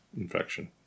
infection